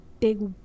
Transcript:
big